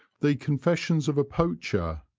the confessions of a poacher.